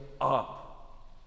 up